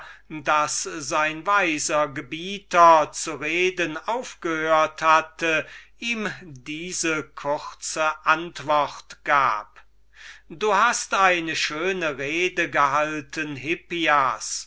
daß der weise hippias zu reden aufgehört hatte ihm diese kurze antwort gab du hast eine schöne rede gehalten hippias